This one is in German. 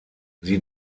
sie